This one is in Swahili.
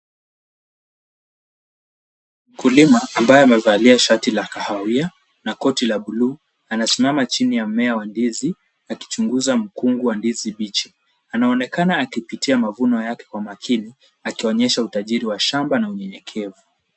Mkulima ambaye amevalia shati la kahawia na koti la bluu anasimama chini ya mmea wa ndizi akichunguza mkungu wa ndizi mbichi, anaonekana akipitia mavuno yake kwa makini, akionyesha utajiri wa shamba na unyenyekevu.